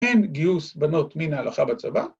‫אין גיוס בנות מן ההלכה בצבא.